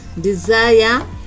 desire